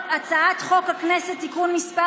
הצעת חוק הכנסת (תיקון מס'